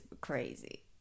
crazy